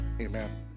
Amen